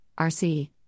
RC